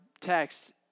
text